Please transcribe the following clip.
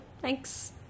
Thanks